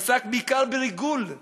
עסק בעיקר בריגול,